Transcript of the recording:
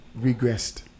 regressed